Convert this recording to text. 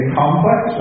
complex